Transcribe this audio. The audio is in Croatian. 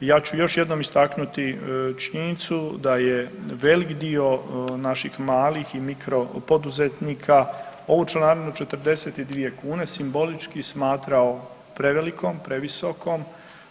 Ja ću još jednom istaknuti činjenicu da je velik dio naših malih i mikro poduzetnika ovu članarinu 42 kune simbolički smatrao prevelikom, previsokom,